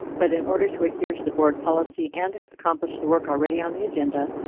but in order to adhere to the board policy and accomplish the work already on the agenda,